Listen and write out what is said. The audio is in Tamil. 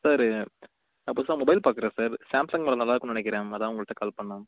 சார் நான் புதுசாக மொபைல் பார்க்கிறேன் சார் சாம்சங் மாடல் நல்லா இருக்குதுன்னு நினைக்குறேன் அதான் உங்கள்ட கால் பண்ணேன்